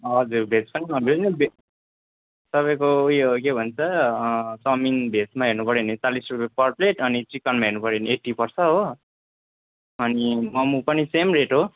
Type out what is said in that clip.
हजुर भेज पनि ननभेज तपाईँको उयो के भन्छ चाउमिन भेजमा हेर्न गयो भने चालिस रुपियाँ पर प्लेट अनि चिकनमा हेर्नुपर्यो भने एट्टी पर्छ हो अनि मोमो पनि सेम रेट हो